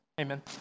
Amen